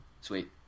Sweet